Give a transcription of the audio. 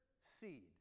seed